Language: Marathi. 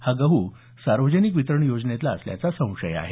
हा गहू सार्वजनिक वितरण योजनेतला असल्याचा संशय आहे